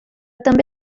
també